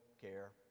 care